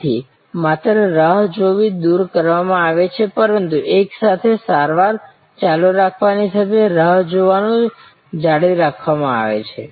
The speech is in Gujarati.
તેથી માત્ર રાહ જોવી દૂર કરવામાં આવે છે પરંતુ એકસાથે સારવાર ચાલુ રાખવાની સાથે રાહ જોવાનું જાળવી રાખવામાં આવે છે